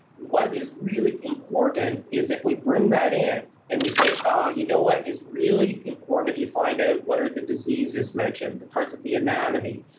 what is really important is if we bring that in and we say, oh, you know what? it's really important if you find out what are the diseases mentioned, the parts of the anatomy,